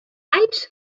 alls